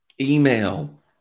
email